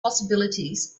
possibilities